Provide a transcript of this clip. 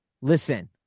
listen